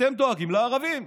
אתם דואגים לערבים,